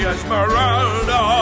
Esmeralda